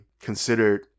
considered